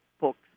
books